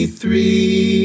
three